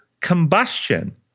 combustion